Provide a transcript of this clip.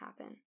happen